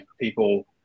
people